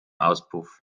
auspuff